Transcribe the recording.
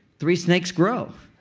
three snakes grow.